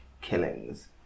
killings